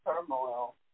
turmoil